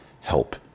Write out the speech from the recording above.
help